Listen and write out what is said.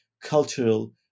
cultural